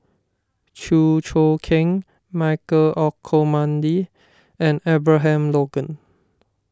Chew Choo Keng Michael Olcomendy and Abraham Logan